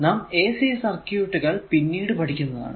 നാം ac circuit കൾ പിന്നീട് പഠിക്കുന്നതാണ്